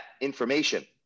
information